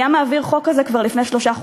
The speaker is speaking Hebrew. מעביר חוק כזה כבר לפני שלושה חודשים.